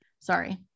sorry